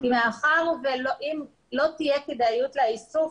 אם לא תהיה כדאיות לאיסוף,